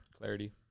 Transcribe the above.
Clarity